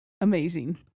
amazing